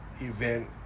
event